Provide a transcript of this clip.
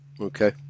okay